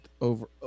over